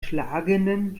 schlagenden